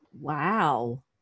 wow